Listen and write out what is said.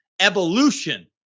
evolution